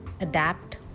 adapt